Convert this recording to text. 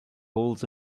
holes